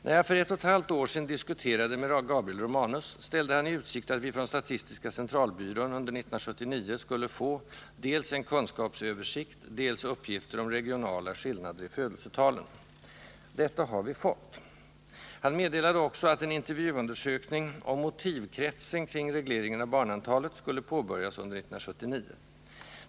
När jag för ett och ett halvt år sedan diskuterade med Gabriel Romanus, ställde han i utsikt att vi från statistiska centralbyrån under 1979 skulle få dels en kunskapsöversikt, dels uppgifter om regionala skillnader i födelsetalen. Detta har vi fått. Han meddelade också att en intervjuundersökning om motivkretsen kring regleringen av barnantalet skulle påbörjas under 1979.